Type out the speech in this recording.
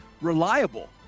Reliable